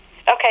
Okay